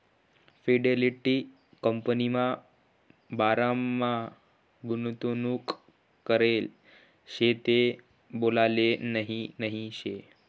Fidelity कंपनीमा बारामा गुंतवणूक करेल शे ते बोलाले नही नही शे